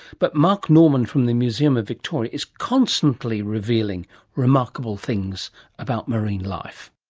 but mark norman from the museum of victoria is constantly revealing remarkable things about marine life.